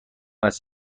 است